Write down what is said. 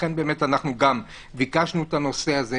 לכן אנחנו גם ביקשנו לדון בנושא הזה.